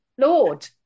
Lord